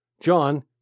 John